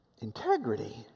integrity